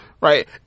right